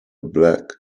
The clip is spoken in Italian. black